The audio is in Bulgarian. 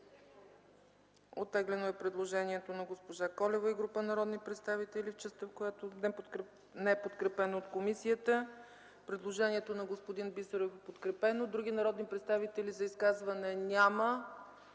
Оттегля се предложението на госпожа Колева и група народни представители в частта, неподкрепена от комисията. Предложението на господин Бисеров е подкрепено от комисията. Други народни представители за изказване няма.